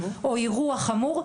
או אירוע חמור,